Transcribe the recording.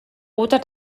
oder